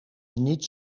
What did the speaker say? niet